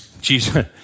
Jesus